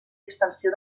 extensió